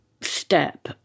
step